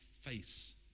face